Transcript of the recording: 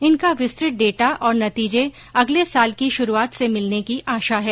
इनका विस्तृत डेटा और नतीजे अगले साल की शुरूआत से मिलने की आशा है